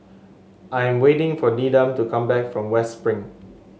I'm waiting for Needham to come back from West Spring